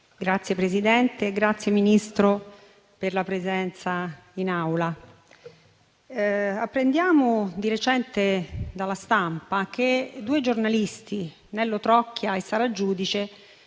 Signor Presidente, ringrazio il Ministro per la presenza in Aula. Apprendiamo di recente dalla stampa che due giornalisti, Nello Trocchia e Sara Giudice,